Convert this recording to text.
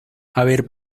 haber